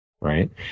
right